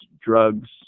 drugs